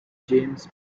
james